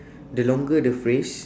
the longer the phrase